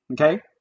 okay